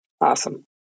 Awesome